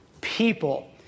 people